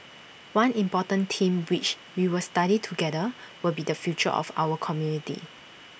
one important theme which we will study together will be the future of our community